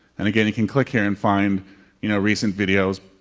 and again you can click here and find you know recent videos,